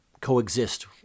coexist